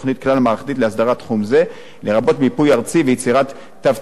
לרבות מיפוי ארצי ויצירת תו תקן לגופים העוסקים בנושא.